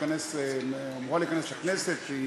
שהקבוצה שאמורה להיכנס לכנסת,